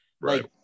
Right